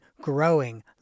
growing